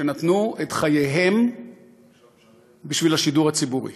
שנתנו את חייהם בשביל השידור הציבורי,